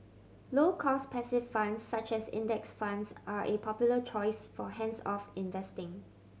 low cost passive funds such as Index Funds are a popular choice for hands off investing